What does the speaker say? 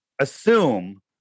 assume